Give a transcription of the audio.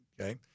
okay